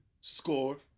Score